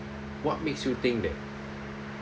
what makes you think that